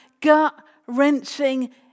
gut-wrenching